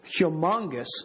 humongous